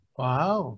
wow